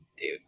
dude